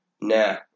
Nah